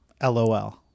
lol